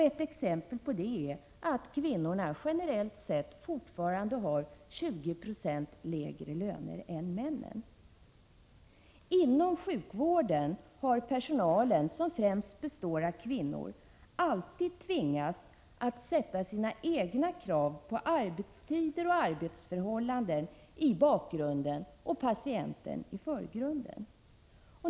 Ett exempel på detta är att kvinnorna generellt sett fortfarande har 20 90 lägre löner än männen. Inom sjukvården har personalen, som främst består av kvinnor, alltid tvingats att sätta sina egna krav på arbetstider och arbetsförhållanden i bakgrunden och patienten i förgrunden.